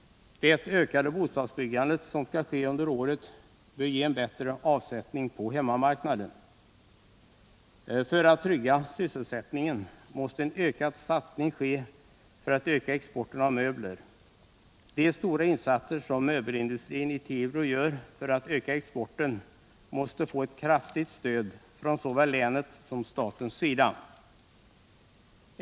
Det ökade bostadsbyggandet som skall ske under året bör ge en bättre avsättning på hemmamarknaden. För att trygga sysselsättningen måste en ökad satsning ske för att öka exporten av möbler. De stora insatser som möbelindustrin i Tibro gör för att öka exporten måste få ett kraftigt stöd från såväl länets som statens sida.